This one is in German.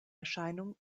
erscheinung